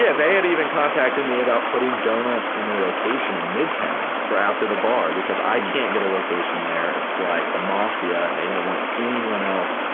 yeah they had even contacted me about putting donuts in their location in midtown for after the bar cause i can't get a location there, it's like the mafia and they don't want anyone else,